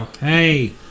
hey